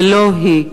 ולא היא.